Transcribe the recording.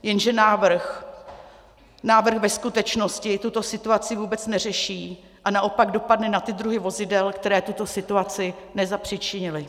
Jenže návrh ve skutečnosti tuto situaci vůbec neřeší a naopak dopadne na ty druhy vozidel, které tuto situaci nezapříčinily.